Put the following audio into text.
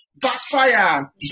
backfire